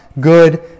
good